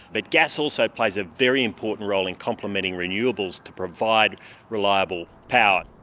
but gas also plays a very important role in complementing renewables to provide reliable power.